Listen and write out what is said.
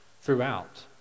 throughout